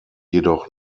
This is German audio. jedoch